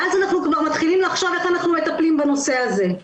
ואז אנחנו כבר מתחילים לחשוב איך אנחנו מטפלים בנושא הזה.